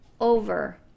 over